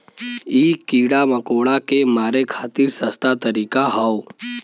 इ कीड़ा मकोड़ा के मारे खातिर सस्ता तरीका हौ